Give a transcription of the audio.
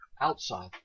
outside